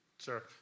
Sure